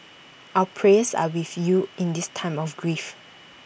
our prayers are with you in this time of grief